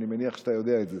ואני מניח שאתה יודע את זה.